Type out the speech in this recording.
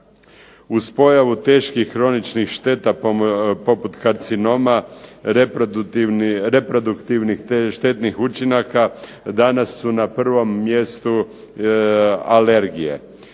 Uz pojavu teških kroničnih šteta poput karcinoma, reproduktivnih štetnih učinaka, danas su na prvom mjestu alergije